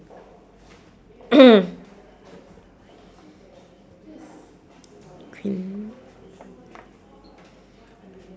green)